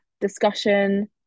discussion